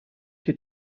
che